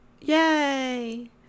Yay